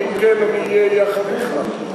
כי אם כן, אני אהיה יחד אתך.